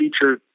feature